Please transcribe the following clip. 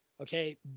Okay